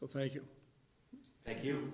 so thank you thank you